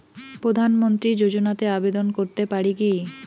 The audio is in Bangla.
প্রধানমন্ত্রী যোজনাতে আবেদন করতে পারি কি?